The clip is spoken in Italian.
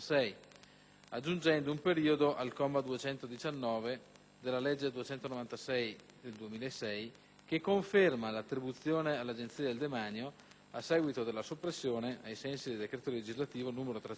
aggiungendo un periodo al comma 219 della legge n. 296 del 2006, che conferma l'attribuzione all'Agenzia del demanio, a seguito della soppressione, ai sensi del decreto legislativo n. 300